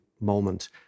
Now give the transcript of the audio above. moment